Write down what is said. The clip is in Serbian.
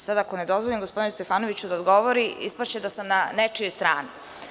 Sada ako ne dozvolim gospodinu Stefanoviću da odgovori, ispašće da sam ne nečijoj strani.